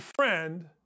friend